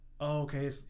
Okay